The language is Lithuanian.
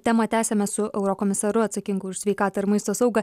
temą tęsiame su eurokomisaru atsakingu už sveikatą ir maisto saugą